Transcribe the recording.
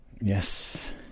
Yes